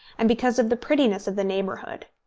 and because of the prettiness of the neighbourhood.